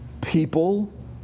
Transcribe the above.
people